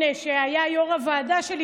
שהיה יו"ר הוועדה שלי,